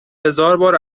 هزاربار